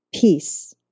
peace